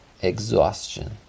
exhaustion